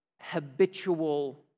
habitual